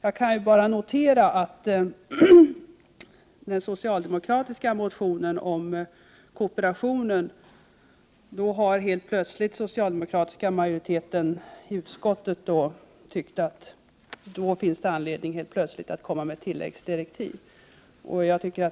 Jag kan bara notera att när det gäller den socialdemokratiska motionen om kooperationen har helt plötsligt den socialdemokratiska majoriteten i utskottet funnit anledning att ge tilläggsdirektiv till utredningen.